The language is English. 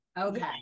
Okay